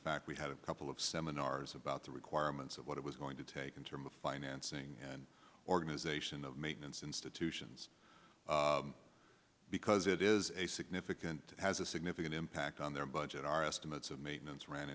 fact we had a couple of seminars about the months of what it was going to take in terms of financing and organization of maintenance institutions because it is a significant has a significant impact on their budget our estimates of maintenance ran